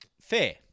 fair